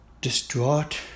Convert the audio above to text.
distraught